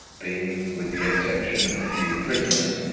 being, with the exception of a few prisoners,